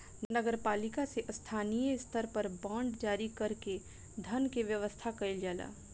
नगर पालिका से स्थानीय स्तर पर बांड जारी कर के धन के व्यवस्था कईल जाला